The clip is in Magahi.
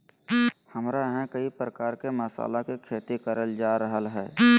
हमरा यहां कई प्रकार के मसाला के खेती करल जा रहल हई